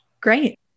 great